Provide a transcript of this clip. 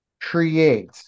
create